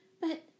But